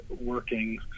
working